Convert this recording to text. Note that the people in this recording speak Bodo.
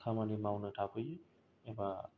खामानि मावनो थाफैयो एबा